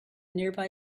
nearby